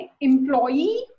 employee